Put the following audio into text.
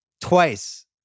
twice